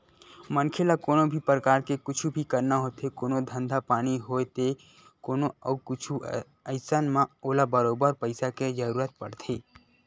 मनखे ल कोनो भी परकार के कुछु भी करना होथे कोनो धंधा पानी होवय ते कोनो अउ कुछु अइसन म ओला बरोबर पइसा के जरुरत पड़थे